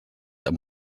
amb